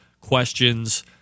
questions